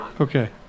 Okay